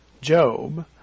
Job